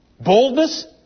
Boldness